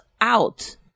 out